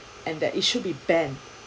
and that it should be banned